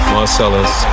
Marcellus